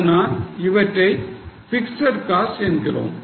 அதனால் இவற்றை fixed cost என்கிறோம்